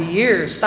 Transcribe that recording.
years